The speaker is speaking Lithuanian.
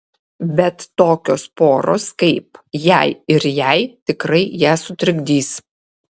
bet tokios poros kaip jei ir jai tikrai ją sutrikdys